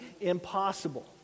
impossible